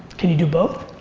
can you do both?